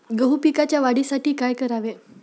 गहू पिकाच्या वाढीसाठी काय करावे?